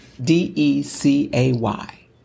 D-E-C-A-Y